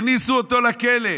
הכניסו אותו לכלא.